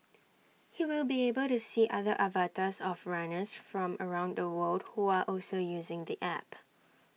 he will be able to see other avatars of runners from around the world who are also using the app